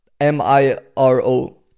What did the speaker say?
M-I-R-O